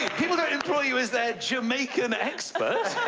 people don't employ you as their jamaican expert.